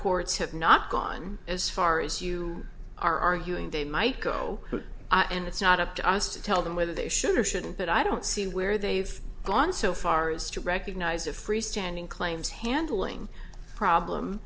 courts have not gone as far as you are arguing they might go and it's not up to us to tell them whether they should or shouldn't but i don't see where they've gone so far as to recognize a freestanding claims handling problem